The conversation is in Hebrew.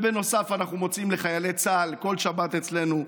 ובנוסף אנחנו מוציאים לחיילי צה"ל כל שבת אצלנו,